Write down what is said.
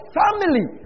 family